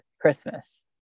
Christmas